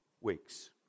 weeks